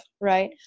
right